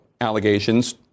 allegations